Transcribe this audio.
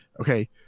okay